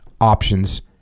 options